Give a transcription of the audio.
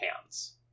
hands